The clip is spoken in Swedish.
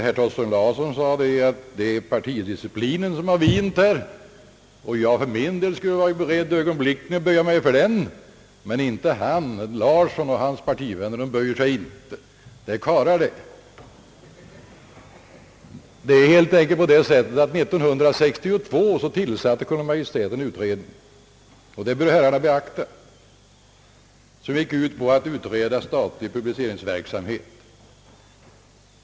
Herr Thorsten Larsson sade att man har låtit partipiskan vina. Jag för min del skulle ögonblickligen vara beredd att böja mig för den, men herr Larsson och hans partivänner böjer sig inte. Det är karlar det! År 1962 tillsatte Kungl. Maj:t en utredning — och det bör herrarna beakta — som gick ut på att utreda statlig publiceringsverksamhet.